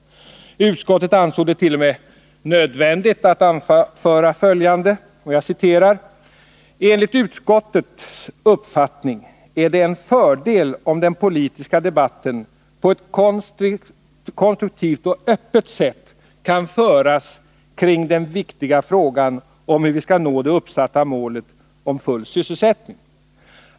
Utskottet ansåg det t.o.m. nödvändigt att anföra följande: ”Enligt utskottets uppfattning är det en fördel om den politiska debatten på ett konstruktivt och öppet sätt kan föras kring den viktiga frågan om hur vi skall nå det uppsatta målet om full sysselsättning.